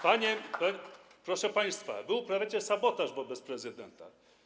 Proszę państwa, wy uprawiacie sabotaż wobec prezydenta.